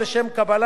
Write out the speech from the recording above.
פטורה ממס.